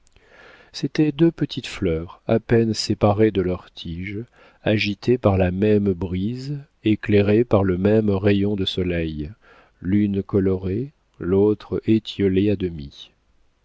c'était deux petites fleurs à peine séparées de leur tige agitées par la même brise éclairées par le même rayon de soleil l'une colorée l'autre étiolée à demi